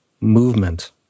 movement